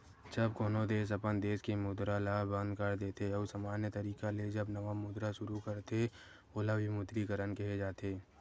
जब कोनो देस अपन देस के मुद्रा ल बंद कर देथे अउ समान्य तरिका ले जब नवा मुद्रा सुरू करथे ओला विमुद्रीकरन केहे जाथे